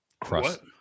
crust